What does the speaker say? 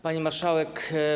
Pani Marszałek!